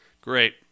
Great